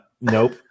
nope